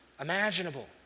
imaginable